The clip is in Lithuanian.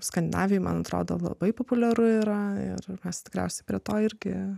skandinavijoj man atrodo labai populiaru yra ir mes tikriausiai prie to irgi